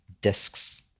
discs